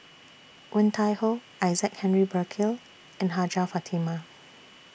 Woon Tai Ho Isaac Henry Burkill and Hajjah Fatimah